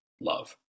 love